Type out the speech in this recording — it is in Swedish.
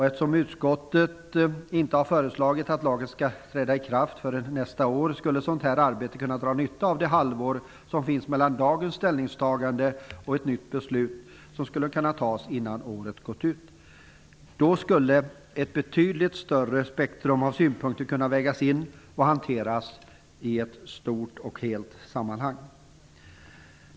Eftersom utskottet har föreslagit att lagen inte skall träda i kraft förrän nästa år, skulle ett sådant här arbete kunna dra nytta av det halvår som finns mellan dagens ställningstagande och ett nytt beslut, som skulle kunna fattas innan året har gått ut. Då skulle ett betydligt större spektrum av synpunkter kunna vägas in och hanteras i ett stort och helt sammanhang.